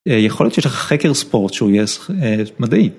יכול להיות שיש לך חקר ספורט שהוא יהיה מדעי.